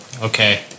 okay